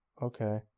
Okay